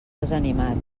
desanimat